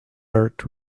art